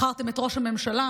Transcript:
בחרתם את ראש הממשלה.